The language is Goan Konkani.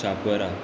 चापोरा